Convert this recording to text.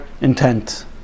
Intent